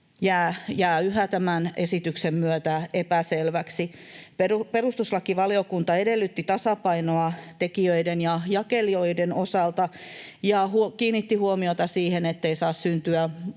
jää yhä tämän esityksen myötä epäselväksi. Perustuslakivaliokunta edellytti tasapainoa tekijöiden ja jakelijoiden osalta ja kiinnitti huomiota siihen, ettei saa syntyä